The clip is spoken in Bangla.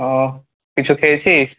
ওহ কিছু খেয়েছিস